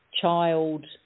child